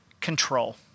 control